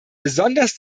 besonders